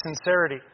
sincerity